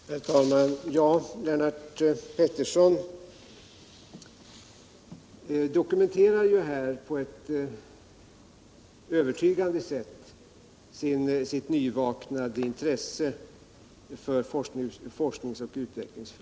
Herr talman! Lennart Pettersson dokumenterar här på ett övertygande sätt sitt nyvaknade intresse för forskningsoch utvecklingsfrågorna.